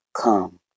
come